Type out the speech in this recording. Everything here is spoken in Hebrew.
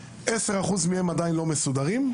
10% מהם עדיין לא מסודרים.